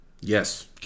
Yes